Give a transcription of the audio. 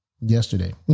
yesterday